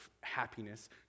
happiness